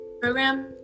program